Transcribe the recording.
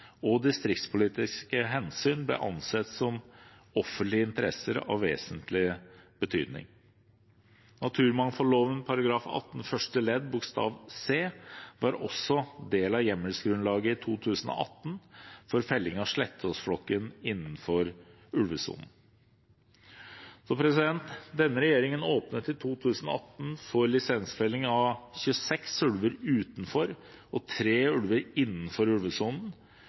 og distriktspolitiske hensyn ble ansett som offentlige interesser av vesentlig betydning. Naturmangfoldloven § 18 første ledd bokstav c var også del av hjemmelsgrunnlaget i 2018 for felling av Slettåsflokken innenfor ulvesonen. Denne regjeringen åpnet i 2018 for lisensfelling av 26 ulver utenfor og 3 ulver innenfor ulvesonen,